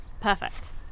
Perfect